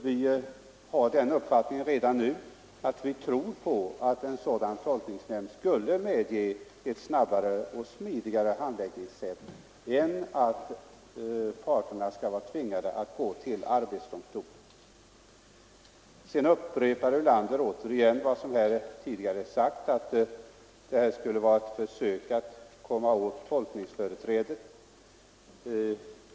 Vi har redan nu den uppfattningen att en sådan tolkningsnämnd skulle innebära en snabbare och smidigare handläggning än om parterna skall vara tvingade att gå till arbetsdomstol. Sedan upprepade herr Ulander åter vad som här har sagts tidigare, nämligen att vårt förslag skulle vara ett försök att komma åt tolkningsföreträdet.